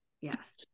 Yes